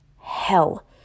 hell